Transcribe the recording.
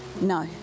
No